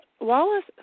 Wallace